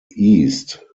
east